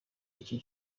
iki